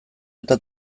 eta